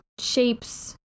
shapes